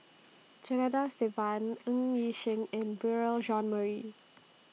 Janadas Devan Ng Yi Sheng and Beurel Jean Marie